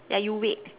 ya you wait